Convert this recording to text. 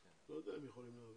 לא יודע אם הם יכולים להעביר.